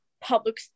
public